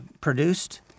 produced